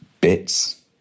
bits